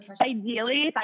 Ideally